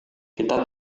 kita